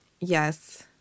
yes